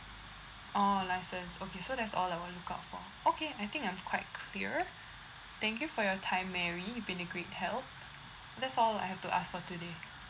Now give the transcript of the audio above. oh license okay so that's all I want to look out for okay I think I'm quite clear thank you for your time mary you've been a great help that's all I have to ask for today